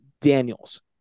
Daniels